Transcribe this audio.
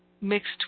mixed